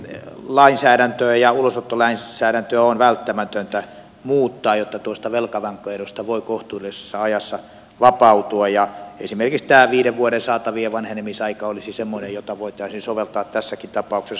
konkurssilainsäädäntöä ja ulosottolainsäädäntöä on välttämätöntä muuttaa jotta tuosta velkavankeudesta voi kohtuullisessa ajassa vapautua ja esimerkiksi tämä viiden vuoden saatavien vanhenemisaika olisi semmoinen jota voitaisiin soveltaa tässäkin tapauksessa